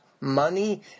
money